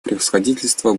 превосходительство